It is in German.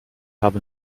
habe